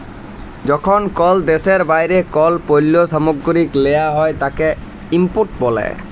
যখন কল দ্যাশের বাইরে কল পল্য সামগ্রীকে লেওয়া হ্যয় তাকে ইম্পোর্ট ব্যলে